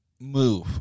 move